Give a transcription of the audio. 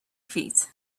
feet